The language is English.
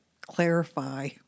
clarify